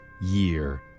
year